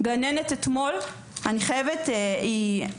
אתמול שוחחתי עם גננת,